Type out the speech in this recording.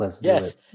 Yes